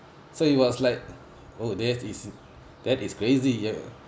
so it was like oh that's that's crazy ya